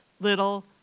little